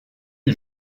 les